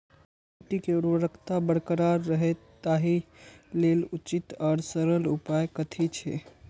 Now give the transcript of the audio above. मिट्टी के उर्वरकता बरकरार रहे ताहि लेल उचित आर सरल उपाय कथी छे?